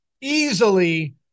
easily